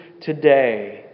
today